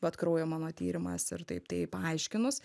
vat kraujo mano tyrimas ir taip tai paaiškinus